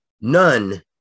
none